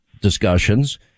discussions